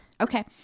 Okay